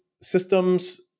systems